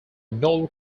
noel